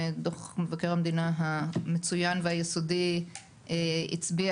ודוח מבקר המדינה המצוין והיסודי הצביע